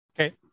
Okay